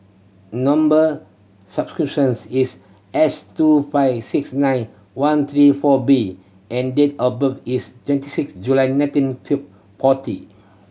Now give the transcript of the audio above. number is S two five six nine one three four B and date of birth is twenty sixth July nineteen forty